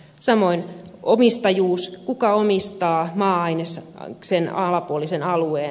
samoin omistajuus kuka omistaa maa aineksen alapuolisen alueen